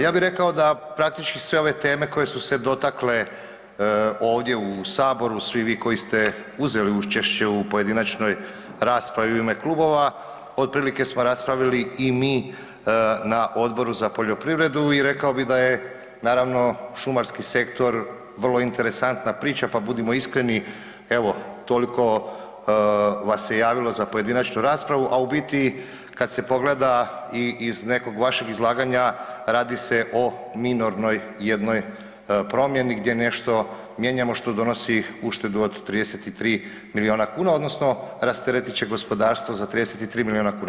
Ja bi rekao da praktički sve ove teme koje su se dotakle ovdje u saboru, svi vi koji ste uzeli učešće u pojedinačnoj raspravi u ime klubova otprilike smo raspravili i mi na Odboru za poljoprivredu i rekao bi da je naravno šumarski sektor vrlo interesantna priča pa budimo iskreni evo toliko vas se javilo za pojedinačnu raspravu, a u biti kad se pogleda i iz nekog vašeg izlaganja radi se o minornoj jednoj promjeni gdje nešto mijenjamo što donosi uštedu od 33 miliona kuna odnosno rasteretit će gospodarstvo za 33 miliona kuna.